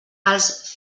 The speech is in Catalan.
els